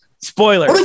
Spoiler